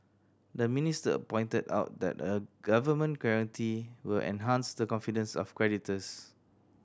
the minister pointed out that a government guarantee will enhance the confidence of creditors